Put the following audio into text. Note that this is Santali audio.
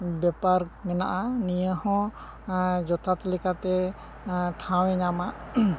ᱵᱮᱯᱟᱨ ᱢᱮᱱᱟᱜᱼᱟ ᱱᱤᱭᱟᱹ ᱦᱚᱸ ᱡᱚᱛᱷᱟᱛ ᱞᱮᱠᱟᱛᱮ ᱴᱷᱟᱸᱣᱮ ᱧᱟᱢᱟ